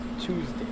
Tuesday